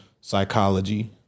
psychology